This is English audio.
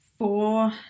four